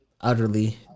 utterly